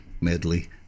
medley